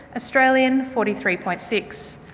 australian, forty three point six,